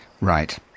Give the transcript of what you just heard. Right